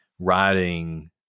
writing